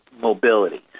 mobility